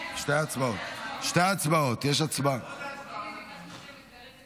ההצעה להעביר את